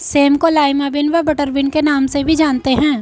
same को lima bean व butter bean के नाम से भी जानते हैं